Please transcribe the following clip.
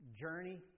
journey